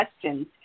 questions